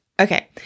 Okay